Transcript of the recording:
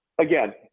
again